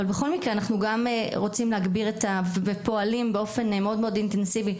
בכל מקרה אנחנו גם רוצים להגביר ופועלים באופן מאוד אינטנסיבי,